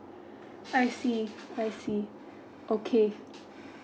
I see I see okay